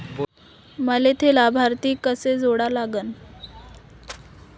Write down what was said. मले थे लाभार्थी कसे जोडा लागन?